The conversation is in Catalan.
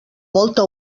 molta